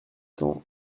cent